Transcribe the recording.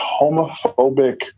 homophobic